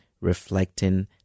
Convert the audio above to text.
reflecting